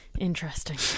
interesting